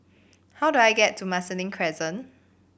how do I get to Marsiling Crescent